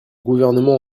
gouvernement